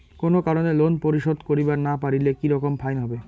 কোনো কারণে লোন পরিশোধ করিবার না পারিলে কি রকম ফাইন হবে?